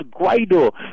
Guaido